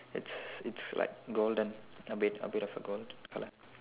it's it's like golden a bit a bit of a gold colour